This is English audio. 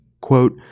Quote